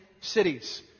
cities